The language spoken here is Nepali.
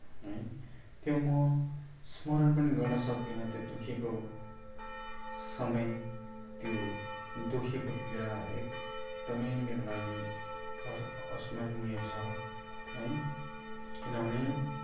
है त्यो म स्मरण पनि गर्न सक्दिनँ त्यो दुखेको समय त्यो दुखेको पीडा एकदमै मेरो लागि अ अवस्मरणीय छ है किनभने